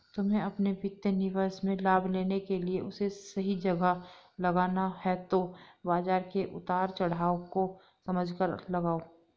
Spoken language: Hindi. तुम्हे अपने वित्तीय निवेश से लाभ लेने के लिए उसे सही जगह लगाना है तो बाज़ार के उतार चड़ाव को समझकर लगाओ